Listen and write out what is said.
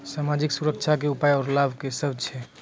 समाजिक सुरक्षा के उपाय आर लाभ की सभ छै?